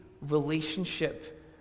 relationship